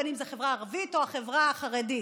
בין בחברה הערבית ובין בחברה החרדית,